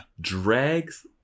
Drags